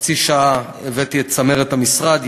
חצי שעה הבאתי את צמרת המשרד,